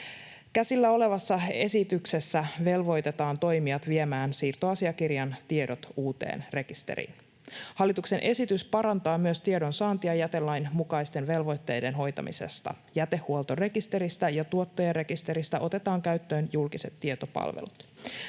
Käsillä olevassa esityksessä velvoitetaan toimijat viemään siirtoasiakirjan tiedot uuteen rekisteriin. Hallituksen esitys parantaa myös tiedonsaantia jätelain mukaisten velvoitteiden hoitamisesta. Jätehuoltorekisteristä ja tuottajarekisteristä otetaan käyttöön julkiset tietopalvelut.